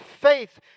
faith